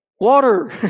water